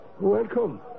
welcome